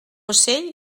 ocell